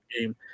game